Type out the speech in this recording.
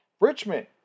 Richmond